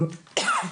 ספורט.